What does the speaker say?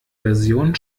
version